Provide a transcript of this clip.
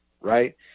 right